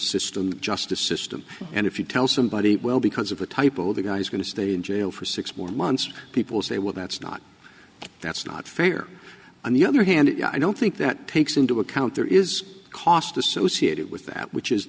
system the justice system and if you tell somebody well because of a typo the guy's going to stay in jail for six more months people say well that's not that's not fair on the other hand i don't think that takes into account there is a cost associated with that which is